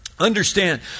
Understand